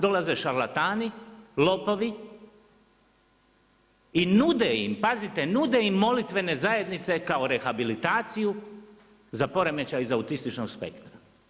Dolaze šarlatani, lopovi, i nude im, pazite, nude im molitvene zajednice rehabilitaciju za poremećaj iz autističnog spektra.